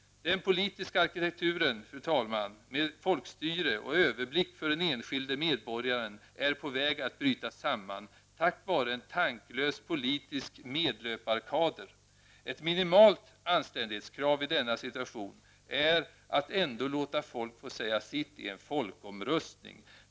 Den politiska arkitekturen, fru talman, med folkstyre och överblick för den enskilde medborgaren är på väg att bryta samman tack vare en tanklös politisk medlöparkader. Ett minimalt anständighetskrav i denna situation är att ändå låta folk få säga sitt i en folkomröstning.